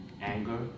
anger